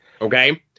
Okay